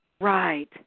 Right